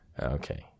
okay